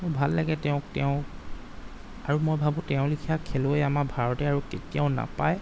মোৰ ভাল লাগে তেওঁক তেওঁ আৰু মই ভাবোঁ তেওঁৰ লেখিয়া খেলুৱৈ আমাৰ ভাৰতে আৰু কেতিয়াও নাপায়